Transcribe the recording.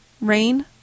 rain